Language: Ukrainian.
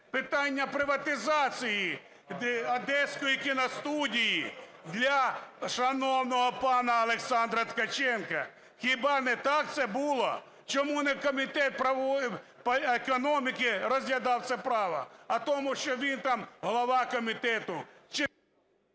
питання приватизації Одеської кіностудії для шановного пана Олександра Ткаченка? Хіба не так це було? Чому не Комітет економіки розглядав це право? А тому що він там голова комітету.